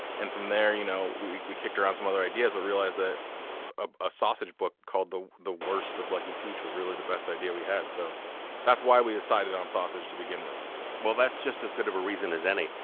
and from there, you know we we kicked around some other ideas, but realized that a sausage book called the the wurst of lucky peach was really the best idea we had. so that's why we decided on sausage to begin with that's just as good of a reason as any.